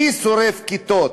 מי שורף כיתות?